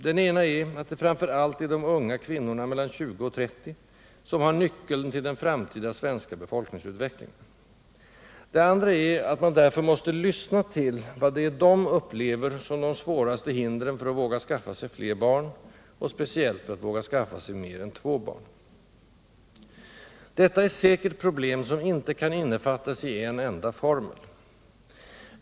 Den ena är att det framför allt är de unga kvinnorna mellan 20 och 30, som har nyckeln till den framtida svenska befolkningsutvecklingen. Den andra är att man därför måste lyssna till vad det är de upplever som de svåraste hindren för att våga skaffa sig flera barn, och speciellt för att våga skaffa sig mer än två barn. Detta är säkert problem , som inte kan innefattas i en enda formel.